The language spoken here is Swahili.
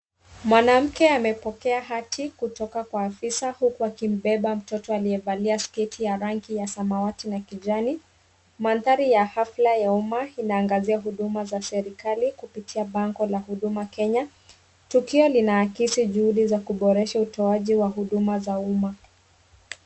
Mwanamke amepokea hati kutoka kwa afisa huku akimbeba mtoto aliyevalia sketi ya rangi ya samawati na kijani. Mandhari ya hafla ya umma inaangazia huduma za serkali kupitia bango la Huduma Kenya. Tukio linaakisi juhudi za kuboresha utoaji wa huduma za umma.